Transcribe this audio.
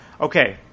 okay